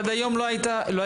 עד היום לא היה צורך,